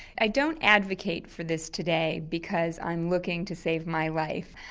i don't advocate for this today because i'm looking to save my life.